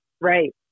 Right